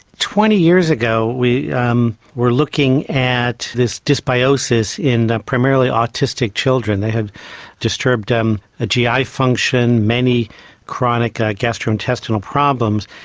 twenty years ago we um were looking at this dysbiosis in primarily autistic children, they have disturbed um ah gi function, many chronic gastrointestinal problems,